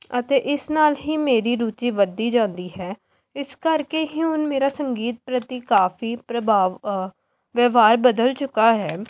ਅਤੇ ਇਸ ਨਾਲ਼ ਹੀ ਮੇਰੀ ਰੁਚੀ ਵੱਧਦੀ ਜਾਂਦੀ ਹੈ ਇਸ ਕਰਕੇ ਹੀ ਹੁਣ ਮੇਰਾ ਸੰਗੀਤ ਪ੍ਰਤੀ ਕਾਫ਼ੀ ਪ੍ਰਭਾਵ ਵਿਵਹਾਰ ਬਦਲ ਚੁੱਕਾ ਹੈ